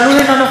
אינו נוכח,